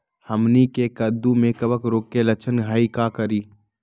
हमनी के कददु में कवक रोग के लक्षण हई का करी?